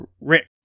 Rick